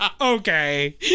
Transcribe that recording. okay